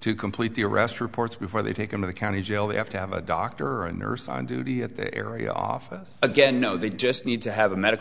to complete the arrest reports before they take them to the county jail they have to have a doctor or a nurse on duty at the area office again no they just need to have a medical